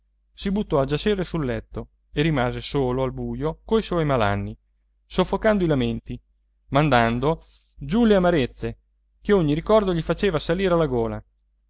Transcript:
si buttò a giacere sul letto e rimase solo al buio coi suoi malanni soffocando i lamenti mandando giù le amarezze che ogni ricordo gli faceva salire alla gola